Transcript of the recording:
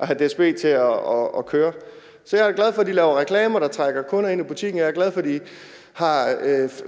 at have DSB til at køre. Så jeg er da glad for, at de laver reklamer, der trækker kunder ind i butikken, og jeg er glad for, at de har